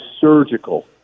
surgical